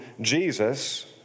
Jesus